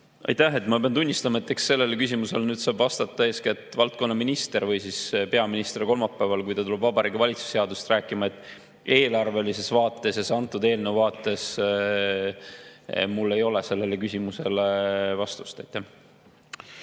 Aitäh! Ma pean tunnistama, et sellele küsimusele saab vastata eeskätt valdkonnaminister või peaminister kolmapäeval, kui ta tuleb Vabariigi Valitsuse seadusest rääkima. Eelarvelises vaates, antud eelnõu vaates mul ei ole sellele küsimusele vastust. Aitäh!